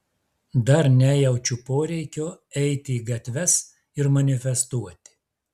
dar nejaučiu poreikio eiti į gatves ir manifestuoti